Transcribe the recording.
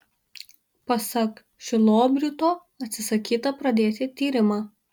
pasak šilobrito atsisakyta pradėti tyrimą